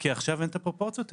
כי עכשיו אין את הפרופורציות האלה.